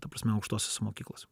ta prasme aukštosiose mokyklose